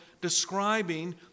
Describing